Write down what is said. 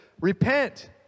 repent